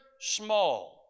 small